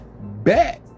bet